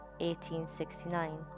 1869